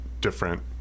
different